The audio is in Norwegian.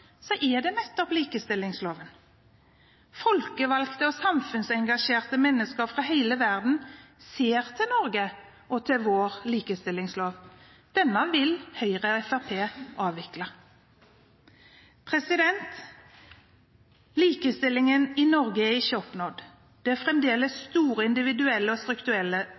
er det nettopp likestillingsloven. Folkevalgte og samfunnsengasjerte mennesker fra hele verden ser til Norge og til vår likestillingslov. Denne vil Høyre og Fremskrittspartiet avvikle. Likestilling i Norge er ikke oppnådd. Det finnes fremdeles mange eksempler på individuell og